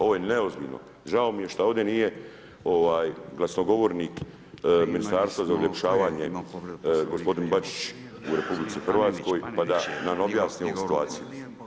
Ovo je neozbiljno, žao mi je što ovdje nije glasnogovornik ministarstva za uljepšavanje gospodin Bačić u RH pa da nam objasni situaciju.